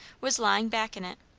was lying back in it,